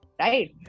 right